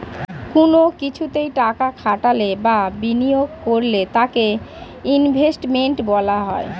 কোন কিছুতে টাকা খাটালে বা বিনিয়োগ করলে তাকে ইনভেস্টমেন্ট বলা হয়